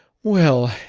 well,